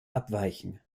abweichen